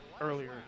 earlier